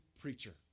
preacher